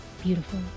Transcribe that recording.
beautiful